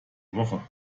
woche